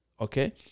Okay